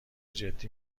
جدی